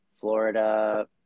Florida